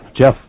Jeff